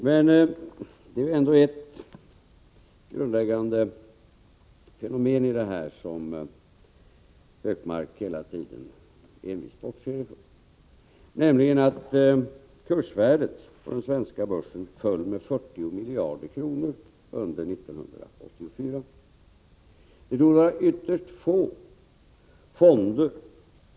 Det finns väl ändå ett grundläggande fenomen som Gunnar Hökmark hela tiden envist bortser ifrån, nämligen att kursvärdet på den svenska aktiebörsen föll med 40 miljarder kronor under 1984.